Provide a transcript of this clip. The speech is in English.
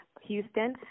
Houston